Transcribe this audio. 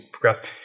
progress